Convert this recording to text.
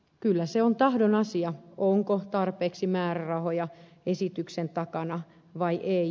kyllä se on tahdon asia onko tarpeeksi määrärahoja esityksen takana vai ei